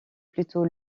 plutôt